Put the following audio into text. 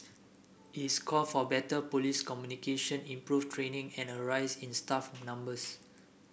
its called for better police communication improved training and a rise in staff numbers